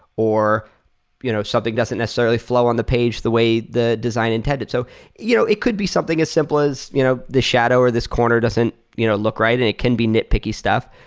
or you know something doesn't necessarily flow on the page the way the design intended. so you know it could be something as simple as you know the shadow or this corner doesn't you know look right, and it can be nitpicky stuff.